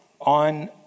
on